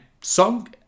Song